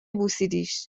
بوسیدیش